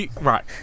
Right